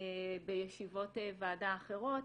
בישיבות ועדה אחרות.